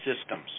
systems